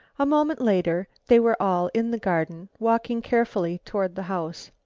a moment later they were all in the garden, walking carefully toward the house.